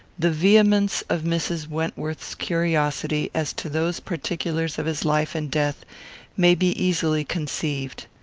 the vehemence of mrs. wentworth's curiosity as to those particulars of his life and death may be easily conceived.